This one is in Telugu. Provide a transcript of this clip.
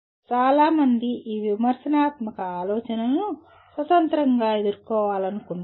చాలా మంది ఈ విమర్శనాత్మక ఆలోచనను స్వతంత్రంగా ఎదుర్కోవాలనుకుంటారు